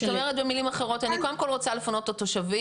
אז את אומרת במילים אחרות 'אני קודם כל רוצה לפנות את התושבים,